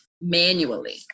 manually